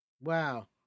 Wow